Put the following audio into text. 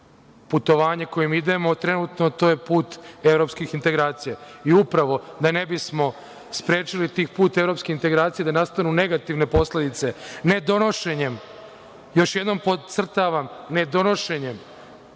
putovanje kojim idemo trenutno, a to je put evropskih integracija. Upravo, da ne bismo sprečili taj put evropskih integracija, da nastanu negativne posledice, nedonošenjem, još jednom podcrtavam, nedonošenjem